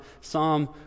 Psalm